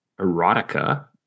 erotica